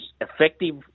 effective